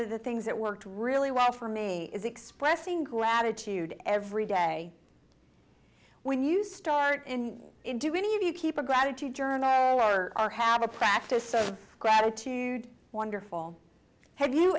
of the things that worked really well for me is expressing gratitude every day when you start and do any of you keep a gratitude journal or have a practice of gratitude wonderful have you